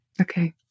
okay